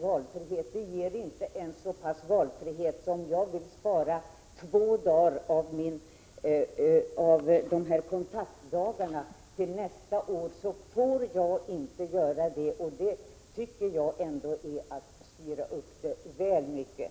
Valfriheten är inte ens så stor att jag får spara två kontaktdagar till nästa år, om jag skulle vilja göra det. Det anser jag vara att styra föräldraförsäkringen väl hårt.